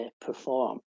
perform